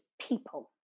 people